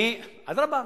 אדרבה,